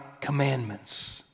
commandments